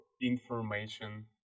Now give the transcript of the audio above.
information